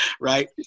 right